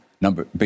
Number